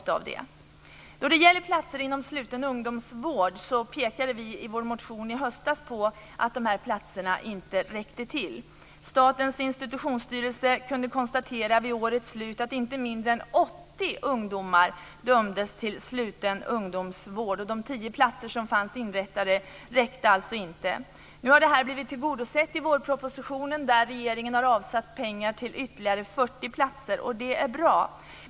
När det gäller platser inom sluten ungdomsvård pekade vi i vår motion i höstas på att platserna inte räcker till. Statens institutionsstyrelse kunde vid årets slut konstatera att inte mindre än 80 ungdomar dömdes till sluten ungdomsvård. De tio platser som fanns inrättade räckte alltså inte. Nu har det här blivit tillgodosett i vårpropositionen där regeringen har avsatt pengar till ytterligare 40 platser, och det är bra.